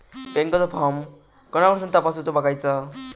बँकेचो फार्म कोणाकडसून तपासूच बगायचा?